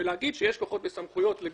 על זה?